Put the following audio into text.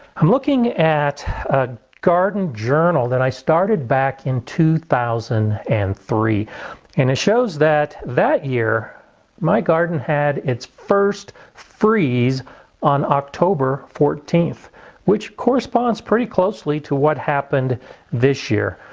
i'm looking at a journal that i started back in two thousand and three and it shows that that year my garden had its first freeze on october fourteenth which corresponds pretty closely to what happened this year.